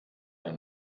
der